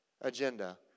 agenda